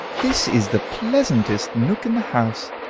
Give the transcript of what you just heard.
this is the pleasantest nook in the house.